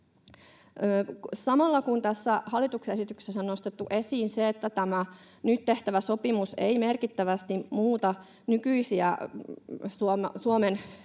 Samalla kun tässä hallituksen esityksessä on nostettu esiin se, että tämä nyt tehtävä sopimus ei merkittävästi muuta nykyisiä Suomen